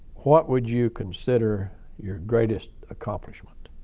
what would you consider your greatest accomplishment?